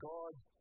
God's